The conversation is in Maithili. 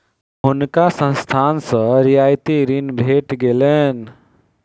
हुनका संस्थान सॅ रियायती ऋण भेट गेलैन